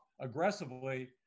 aggressively